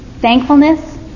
Thankfulness